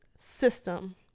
system